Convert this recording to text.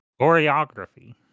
Choreography